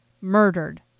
murdered